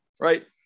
right